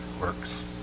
works